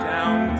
Down